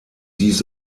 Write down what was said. dies